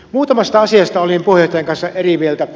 muutamasta asiasta olin puheenjohtajan kanssa eri mieltä